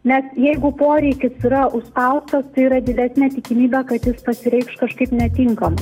nes jeigu poreikis yra užspaustas yra didesnė tikimybė kad jis pasireikš kažkaip netinkamai